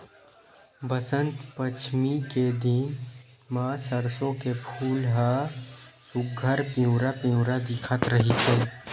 बसंत पचमी के दिन म सरसो के फूल ह सुग्घर पिवरा पिवरा दिखत रहिथे